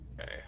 Okay